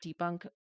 debunk